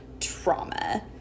trauma